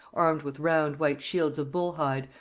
armed with round white shields of bull hide,